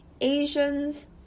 Asians